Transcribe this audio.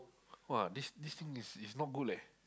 !wah! this this thing is is not good leh